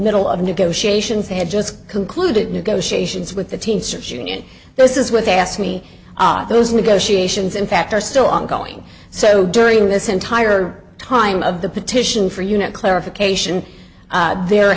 middle of negotiations they had just concluded negotiations with the teamsters union this is what they asked me those negotiations in fact are still ongoing so during this entire time of the petition for you know clarification there